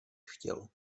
chtěl